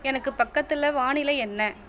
எனக்கு பக்கத்தில் வானிலை என்ன